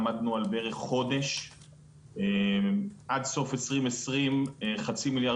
עד סוף 2020 מעל חצי מיליארד שקל מצאו את הדרך לשוק,